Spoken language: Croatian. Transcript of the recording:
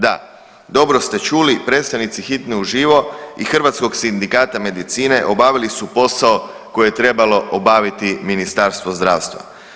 Da, dobro ste čuli, predstavnici hitne u živo i Hrvatskog sindikata medicine obavili su posao koje je trebalo obaviti Ministarstvo zdravstva.